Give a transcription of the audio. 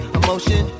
emotion